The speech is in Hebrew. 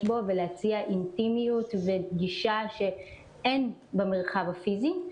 בו ולהציע אינטימיות וגישה שאין במרחב הפיזי.